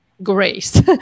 Grace